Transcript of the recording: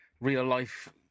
real-life